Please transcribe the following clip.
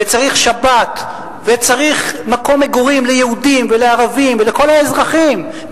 שצריך שבת ושצריך מקום מגורים ליהודים ולערבים ולכל האזרחים,